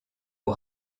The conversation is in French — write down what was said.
aux